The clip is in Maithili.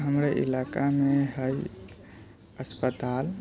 हमरा इलाकामे हइ अस्पताल